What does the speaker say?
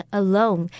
alone